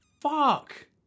Fuck